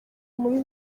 muri